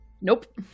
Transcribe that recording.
Nope